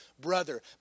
brother